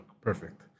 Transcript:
Perfect